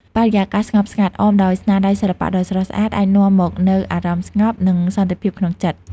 បរិយាកាសស្ងប់ស្ងាត់ អមដោយស្នាដៃសិល្បៈដ៏ស្រស់ស្អាត អាចនាំមកនូវអារម្មណ៍ស្ងប់ និងសន្តិភាពក្នុងចិត្ត។